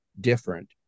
different